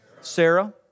Sarah